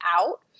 out